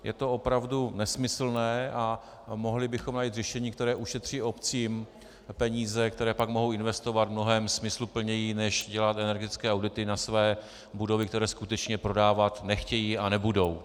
Je to opravdu nesmyslné a mohli bychom najít řešení, které ušetří obcím peníze, které pak mohou investovat mnohem smysluplněji než dělat energetické audity na své budovy, které skutečně prodávat nechtějí a nebudou.